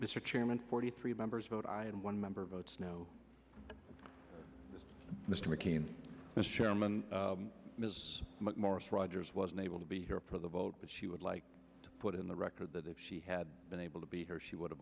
mr chairman forty three members vote i and one member votes no mr mccain mr chairman ms morris rogers was unable to be here for the vote but she would like to put in the record that if she had been able to beat her she would have